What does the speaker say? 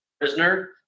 prisoner